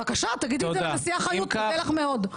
בבקשה, תגידי את זה לנשיאה חיות, נודה לך מאוד.